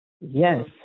Yes